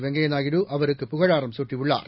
வெங்கைய நாயுடு அவருக்கு புகழாரம் சூட்டியுள்ளார்